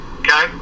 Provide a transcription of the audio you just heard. okay